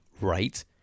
right